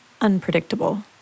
unpredictable